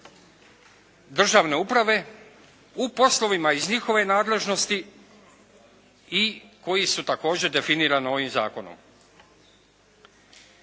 državne uprave u poslovima iz njihove nadležnosti i koji su također definirani ovim Zakonom.